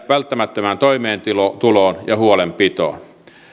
välttämättömään toimeentuloon ja huolenpitoon